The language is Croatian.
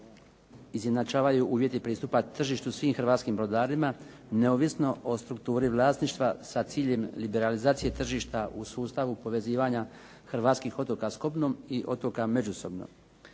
izjednačavaju uvjeti pristupa tržištu svim hrvatskim brodarima, neovisno o strukturi vlasništva sa ciljem liberalizacije tržišta u sustavu povezivanja hrvatskih otoka s kopnom i otoka međusobno.